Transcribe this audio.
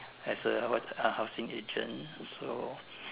as a ah housing agent so